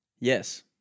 Yes